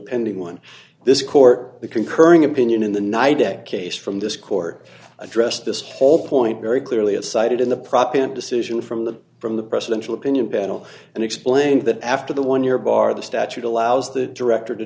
pending one this court the concurring opinion in the night a case from this court addressed this whole point very clearly have cited in the proppant decision from the from the presidential opinion panel and explained that after the one year bar the statute allows the director to